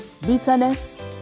Bitterness